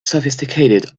sophisticated